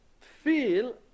feel